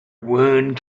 one